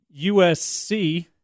USC